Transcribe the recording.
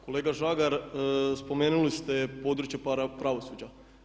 Kolega Žagar, spomenuli ste područje pravosuđa.